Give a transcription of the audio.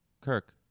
Kirk